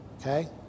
Okay